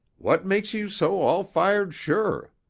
what makes you so all-fired sure?